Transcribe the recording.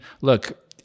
look